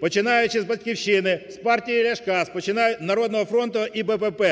починаючи з "Батьківщини", з партії Ляшка, "Народного фронту" і БПП.